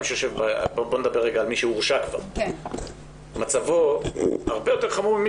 ובוא נדבר על מי שהורשע כבר מצבו הרבה יותר חמור.